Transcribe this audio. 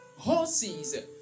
horses